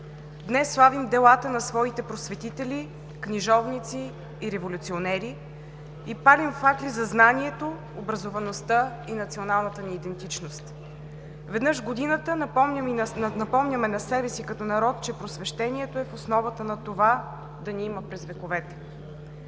Днес славим делата на своите просветители, книжовници и революционери и палим факли за знанието, образоваността и националната ни идентичност. Веднъж в годината напомняме на себе си като народ, че просвещението е в основата на това да ни има през вековете.